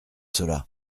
cela